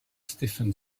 stephen